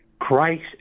Christ